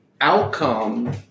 outcome